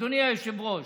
אדוני היושב-ראש,